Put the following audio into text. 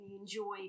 enjoy